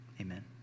amen